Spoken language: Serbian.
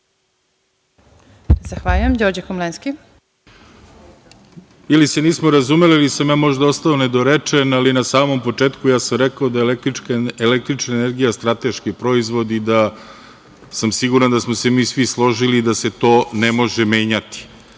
Komlenski. **Đorđe Komlenski** Ili se nismo razumeli, ili sam možda ja ostao nedorečen, ali na samom početku ja sam rekao da je električna energija strateški proizvod i da sam siguran da smo se mi svi složili da se to ne može menjati